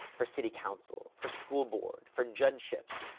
for city council, for schoolboard, for judgeships,